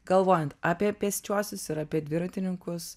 galvojant apie pėsčiuosius ir apie dviratininkus